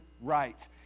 rights